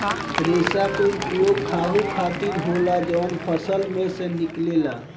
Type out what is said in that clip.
रेसा के उपयोग खाहू खातीर होला जवन फल में से निकलेला